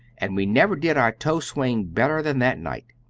and we never did our toe swing better than that night.